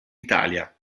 italia